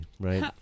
right